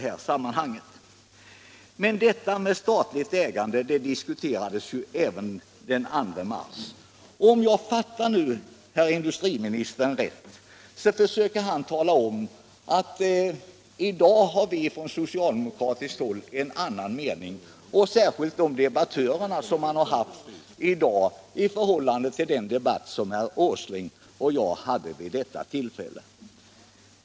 g Men detta med statligt ägande diskuterades ju även den 2 mars. Om SPA UN jag fattat herr industriministern rätt försöker han tala om att de soci Åtgärder för textilaldemokratiska debattörerna i dag har en annan mening än den jag hade — och konfektionsunder herr Åslings och min debatt vid detta tillfälle.